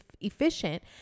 efficient